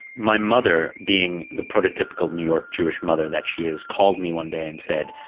my mother, being the proto-typical new york jewish mother that she is, called me one day and said,